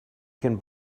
can